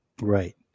Right